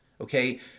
Okay